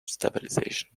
stabilization